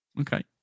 Okay